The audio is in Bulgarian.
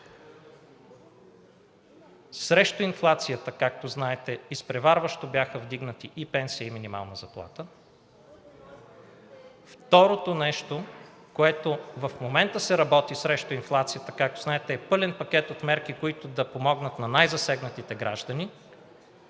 Срещу инфлацията, както знаете, изпреварващо бяха вдигнати и пенсии, и минимална заплата. Второто нещо, което в момента се работи срещу инфлацията, както знаете, е пълен пакет от мерки, които да помогнат на най-засегнатите граждани.